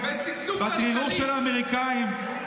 בתדרוך של האמריקאים,